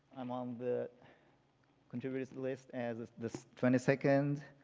i'm on the contributors list as the twenty second,